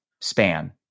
span